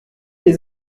les